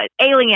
Alien